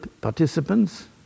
participants